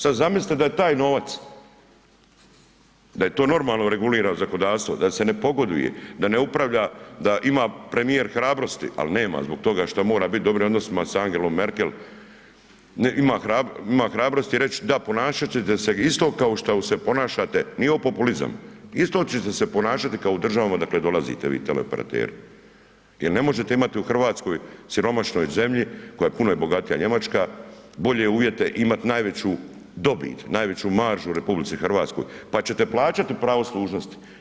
Sad zamislite da je taj novac, da je to normalno regulirano zakonodavstvo, da se ne pogoduje, da ne upravlja, da ima premijer hrabrosti ali nema zbog toga što mora biti u dobrim odnosima sa Angelom Merkel ima hrabrosti reći da, ponašat ćete isto kao što se ponašate, nije ovo populizam, isto ćete se ponašati kao u državama odakle dolazite vi teleoperateri jer ne možete imati u Hrvatskoj, siromašnoj zemlji, puno je bogatija Njemačka, bolje uvjete, imat najveću dobit, najveću maržu u RH pa ćete plaćati pravo služnosti.